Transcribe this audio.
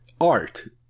art